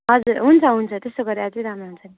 हजुर हुन्छ हुन्छ त्यसो गरे अझै राम्रो हुन्छ नि